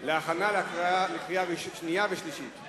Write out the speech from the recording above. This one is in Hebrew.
להכנה לקריאה שנייה וקריאה שלישית.